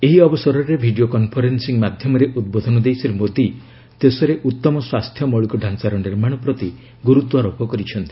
ଏହି ଅବସରରେ video conferencing ମାଧ୍ୟମରେ ଉଦ୍ବୋଧନ ଦେଇ ଶ୍ରୀ ମୋଦୀ ଦେଶରେ ଉତ୍ତମ ସ୍ୱାସ୍ଥ୍ୟ ମୌଳିକ ଢାଞ୍ଚାର ନିର୍ମାଣ ପ୍ରତି ଗୁରୁତ୍ୱାରୋପ କରିଛନ୍ତି